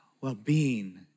well-being